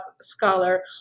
scholar